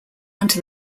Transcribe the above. under